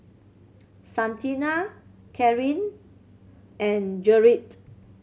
Santina Carin and Gerrit